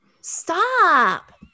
Stop